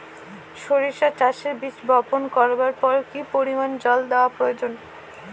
সরিষা চাষে বীজ বপন করবার পর কি পরিমাণ জল দেওয়া প্রয়োজন?